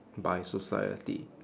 by society